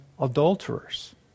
adulterers